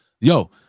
Yo